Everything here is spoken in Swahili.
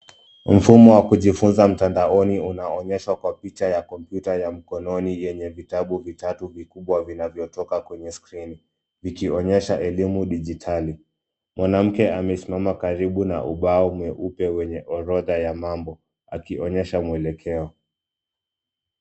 Mfumo wa kujifunza mtandaoni unaonyeshwa kwa picha ya kompyuta ya mkononi yenye vitabu vitatu vikubwa vinavyotoka kwenye skrini, ikionyesha elimu dijitali. Mwanamke amesimama karibu na ubao mweupe wenye orodha ya mambo akionyesha mwelekeo.